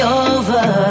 over